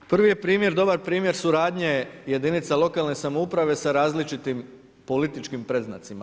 Prvi je primjer dobar primjer suradnje jedinica lokalne samouprave sa različitim političkim predznacima.